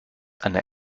einer